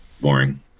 boring